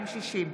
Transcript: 260)